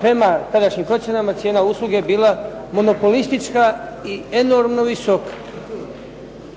prema tadašnjim procjenama cijena usluge bila monopolistička i enormno visoka.